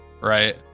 Right